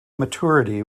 maturity